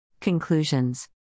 Conclusions